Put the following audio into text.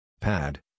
Pad